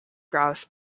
grouse